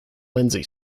lindsay